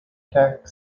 teck